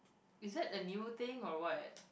is it a new thing or what